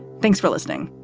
thanks for listening.